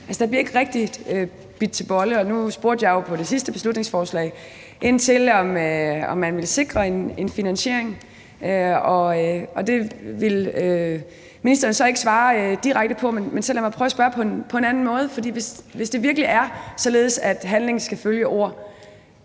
Altså, der bliver ikke rigtig bidt til bolle, og nu spurgte jeg jo i forbindelse med det sidste beslutningsforslag ind til, om man ville sikre en finansiering, og det ville ministeren så ikke svare direkte på. Men lad mig så prøve at spørge på en anden måde. For hvis det virkelig er således, at handlingen skal følge ordene,